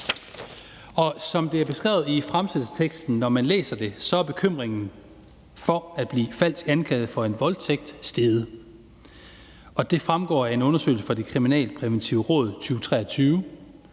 Som det er beskrevet i fremsættelsesteksten, når man læser den, er bekymringen for at blive falsk anklaget for en voldtægt steget. Det fremgår af en undersøgelse fra Det Kriminalpræventive Råd i 2023.